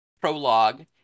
prologue